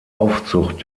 aufzucht